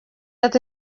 ati